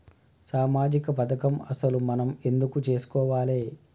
సామాజిక పథకం అసలు మనం ఎందుకు చేస్కోవాలే?